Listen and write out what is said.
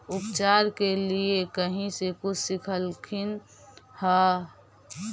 उपचार के लीये कहीं से कुछ सिखलखिन हा?